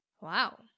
Wow